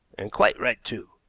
and quite right, too,